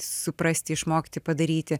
suprasti išmokti padaryti